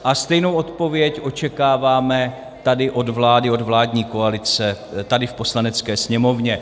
A stejnou odpověď očekáváme tady od vlády, od vládní koalice tady v Poslanecké sněmovně.